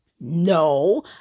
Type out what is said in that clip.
No